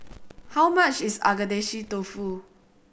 how much is Agedashi Dofu